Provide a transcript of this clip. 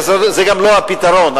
וזה גם לא הפתרון,